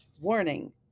Warning